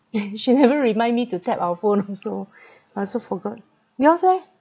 she never remind me to tap our phone also I also forgot yours eh